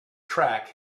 track